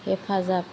हेफाजाब